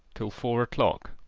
till four o'clock